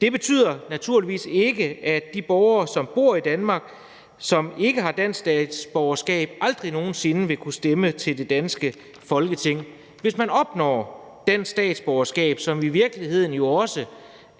Det betyder naturligvis ikke, at de borgere, som bor i Danmark, og som ikke har dansk statsborgerskab, aldrig nogen sinde vil kunne stemme til det danske Folketing. Hvis man opnår dansk statsborgerskab, som i virkeligheden jo også